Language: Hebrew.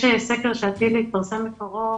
יש סקר שעתיד להתפרסם בקרוב